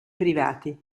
privati